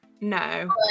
No